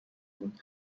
بود